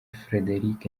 frederic